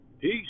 Peace